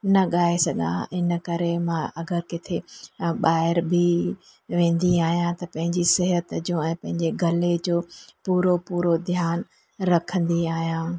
न ॻाए सघां इन करे मां अगरि किथे ॿाहिरि बि वेंदी आहियां त पंहिंजी सिहत जो पंहिंजे गले जो पूरो पूरो ध्यानु रखंदी आहियां